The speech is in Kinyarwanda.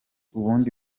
ubundi